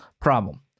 Problem